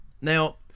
Now